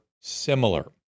similar